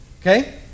okay